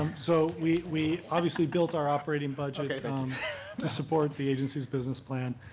um so we we obviously built our operating budget um to support the agency's business plan.